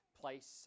place